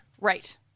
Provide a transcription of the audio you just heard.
Right